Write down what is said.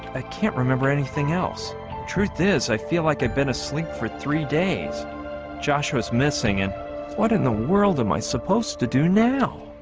i can't remember anything else truth is i feel like i've been asleep for three days joshua's missing and what in the world am i supposed to do now